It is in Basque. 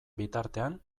bitartean